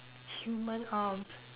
human arms